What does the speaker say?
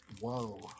Whoa